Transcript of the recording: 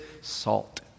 salt